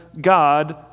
God